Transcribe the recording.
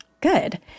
Good